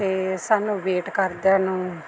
ਤੇ ਸਾਨੂੰ ਵੇਟ ਕਰਦਿਆਂ ਨੂੰ